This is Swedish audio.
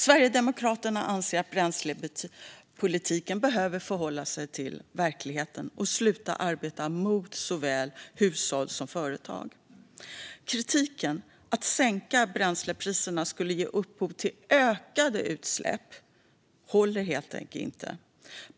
Sverigedemokraterna anser att bränslepolitiken behöver förhålla sig till verkligheten och sluta arbeta mot såväl hushåll som företag. Kritiken om att sänkta bränslepriser skulle ge upphov till ökade utsläpp håller helt enkelt inte.